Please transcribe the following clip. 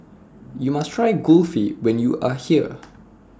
YOU must Try Kulfi when YOU Are here